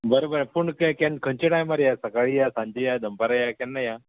बरें बरें पूण के केन्न खंयचे टायमार या सकाळीं या सांजजे या दनपार या केन्ना या